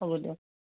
হ'ব দিয়ক